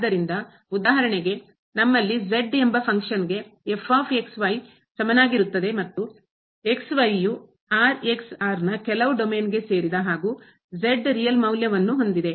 ಆದ್ದರಿಂದ ಉದಾಹರಣೆಗೆ ನಮ್ಮಲ್ಲಿ z ಎಂಬ ಫಂಕ್ಷನ್ನಗೆ ಕಾರ್ಯಕ್ಕೆ ಸಮನಾಗಿರುತ್ತದೆ ಮತ್ತು ಯು ನ ಕೆಲವು ಡೊಮೇನ್ಗೆ ಸೇರಿದೆ ಹಾಗೂ ರಿಯಲ್ ಮೌಲ್ಯವನ್ನು ಹೊಂದಿದೆ